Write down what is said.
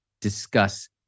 discuss